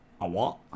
A-what